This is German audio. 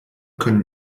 können